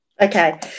Okay